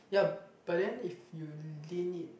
ya but then if you lean it